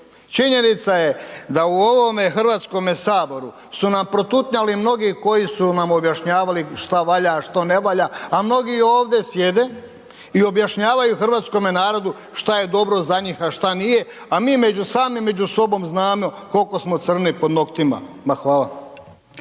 Činjenica je da u ovom Hrvatskome saboru su nam protutnjali mnogi koji su nam objašnjavali šta valja a šta ne valja a mnogi ovdje sjede i objašnjavaju hrvatskome narodu šta je dobro za njih a šta nije a mi sami među sobom znamo koliko smo crni pod noktima. Ma hvala.